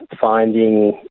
finding